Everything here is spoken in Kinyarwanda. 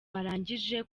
barangije